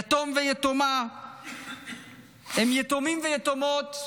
יתום ויתומה הם יתומים ויתומות,